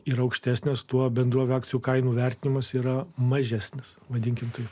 ir aukštesnės tuo bendrovių akcijų kainų vertinimas yra mažesnis vadinkime taip